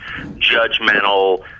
judgmental